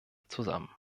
zusammen